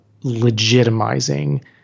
legitimizing